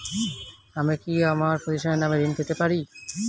আমি কি আমার প্রতিষ্ঠানের নামে ঋণ পেতে পারি?